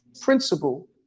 principle